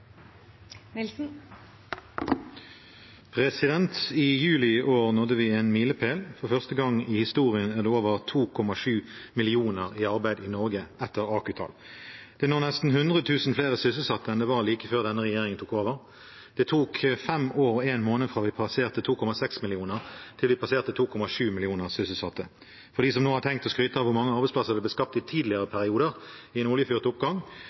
framtidsutsikter. I juli i år nådde vi en milepæl: For første gang i historien er over 2,7 millioner i arbeid i Norge, ifølge AKU-tall. Det er nå nesten 100 000 flere sysselsatte enn det var like før denne regjeringen tok over. Det tok fem år og én måned fra vi passerte 2,6 millioner sysselsatte, til vi passerte 2,7 millioner sysselsatte. For dem som nå har tenkt å skryte av hvor mange arbeidsplasser det ble skapt i tidligere perioder i en oljefyrt oppgang,